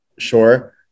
Sure